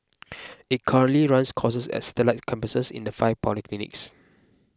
it currently runs courses at satellite campuses in the five polytechnics